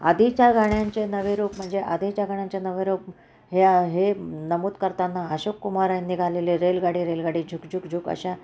आधीच्या गाण्याचे नवे रूप म्हणजे आधीच्या गाण्याचे नवे रूप ह्या हे नमूद करताना अशोक कुमार यांनी गायलेले रेलगाडी रेलगाडी झुक झुक झुक अशा